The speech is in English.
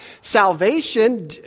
Salvation